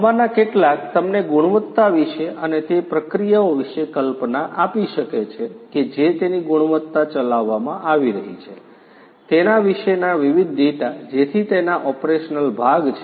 આમાંના કેટલાક તમને ગુણવત્તા વિશે અને તે પ્રક્રિયાઓ વિશે કલ્પના આપી શકે છે કે જે તેની ગુણવત્તા ચલાવવામાં આવી રહી છે તેના વિશેના વિવિધ ડેટા જેથી તેના ઓપરેશનલ ભાગ છે